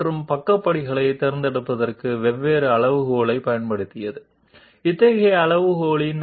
మరియు విభిన్న cutter path generation strategy forward steps మరియు సైడ్ స్టెప్స్ ఎంపిక కోసం విభిన్న ప్రమాణాలను ఉపయోగించింది